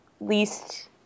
least